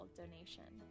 donation